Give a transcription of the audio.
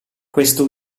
questo